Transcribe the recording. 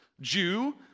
Jew